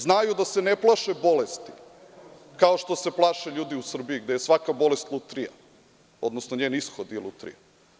Znaju da se ne plaše bolesti, kao što se plaše ljudi u Srbiji, gde je svaka bolest lutrija, odnosno njen ishod je lutrija.